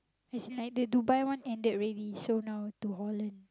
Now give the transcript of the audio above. as in like the Dubai one ended already so now to Holland